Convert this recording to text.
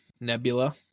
Nebula